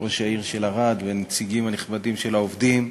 ראש העיר של ערד, הנציגים הנכבדים של העובדים,